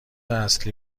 اصلی